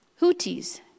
Houthis